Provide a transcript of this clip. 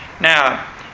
Now